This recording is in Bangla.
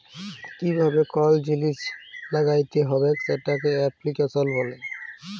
কিভাবে কল জিলিস ল্যাগ্যাইতে হবেক সেটকে এপ্লিক্যাশল ব্যলে